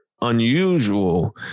unusual